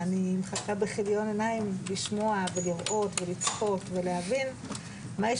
ואני מחכה בכיליון עיניים לשמוע ולראות ולצפות ולהבין מה יש